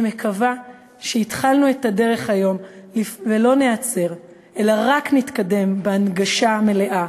אני מקווה שהתחלנו את הדרך היום ולא ניעצר אלא רק נתקדם בהנגשה מלאה,